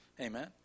Amen